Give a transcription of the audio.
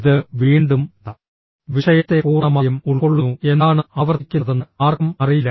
ഇത് വീണ്ടും വിഷയത്തെ പൂർണ്ണമായും ഉൾക്കൊള്ളുന്നു എന്താണ് ആവർത്തിക്കുന്നതെന്ന് ആർക്കും അറിയില്ല